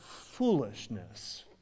foolishness